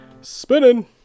spinning